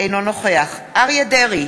אינו נוכח אריה דרעי,